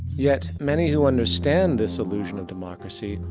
yet many who understand this illusion of democracy,